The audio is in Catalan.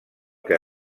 que